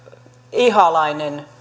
ihalainen